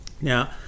Now